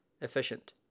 efficient